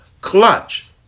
Clutch